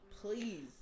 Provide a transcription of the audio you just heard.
please